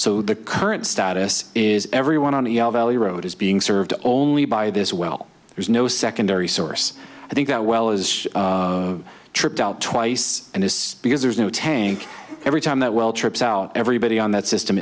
so the current status is everyone on the elderly road is being served only by this well there's no secondary source i think that well as tripped out twice and it's because there's no tank every time that well trips out everybody on that system